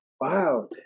Wow